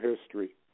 history